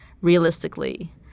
realistically –